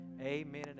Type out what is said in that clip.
amen